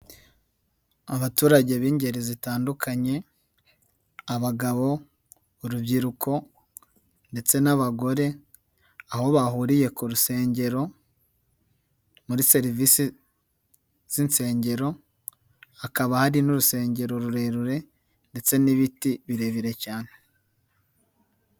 Abaturage b'ingeri zitandukanye: abagabo, urubyiruko ndetse n'abagore, aho bahuriye ku rusengero muri serivise z'insengero, hakaba hari n'urusengero rurerure ndetse n'ibiti birebire cyane.